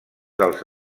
dels